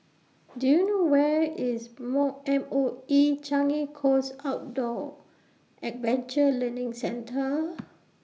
Do YOU know Where IS MOE M O E Changi Coast Outdoor Adventure Learning Centre